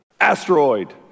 Asteroid